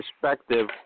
perspective